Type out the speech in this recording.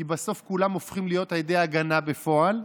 כי בסוף כולם הופכים להיות עדי הגנה בפועל.